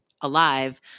alive